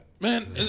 Man